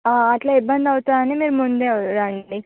అలా ఇబ్బంది అవుతుంది అని మీరు ముందే రండి